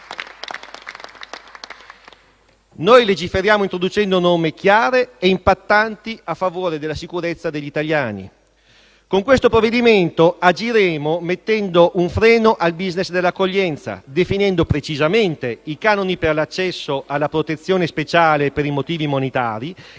Noi legiferiamo introducendo norme chiare e impattanti a favore della sicurezza degli italiani. Con questo provvedimento agiremo mettendo un freno al *business* dell'accoglienza, definendo precisamente i canoni per l'accesso alla protezione speciale per i motivi umanitari e destineremo